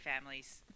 families